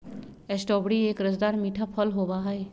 strawberry एक रसदार मीठा फल होबा हई